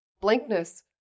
blankness